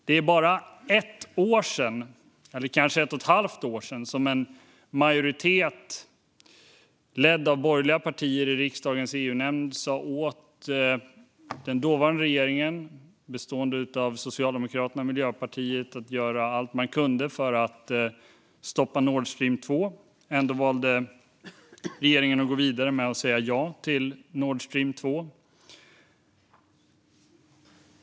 Det är bara ett eller kanske ett och ett halvt år sedan som en majoritet, ledd av borgerliga partier, i riksdagens EU-nämnd sa åt den dåvarande regeringen, bestående av Socialdemokraterna och Miljöpartiet, att göra allt den kunde för att stoppa Nord Stream 2. Ändå valde regeringen att gå vidare med, och säga ja till, Nord Stream 2.